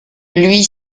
lui